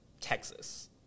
Texas